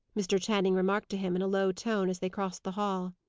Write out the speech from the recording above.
mr. channing remarked to him in a low tone, as they crossed the hall.